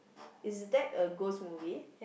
is that a ghost movie